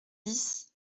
dix